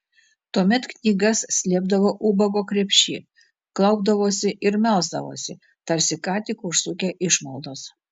tuomet knygas slėpdavo ubago krepšy klaupdavosi ir melsdavosi tarsi ką tik užsukę išmaldos